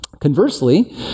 Conversely